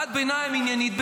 הערת ביניים עניינית,